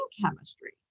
chemistry